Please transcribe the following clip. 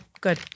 good